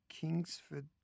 Kingsford